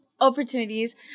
opportunities